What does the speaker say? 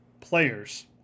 players